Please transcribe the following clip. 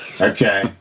Okay